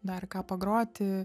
dar ką pagroti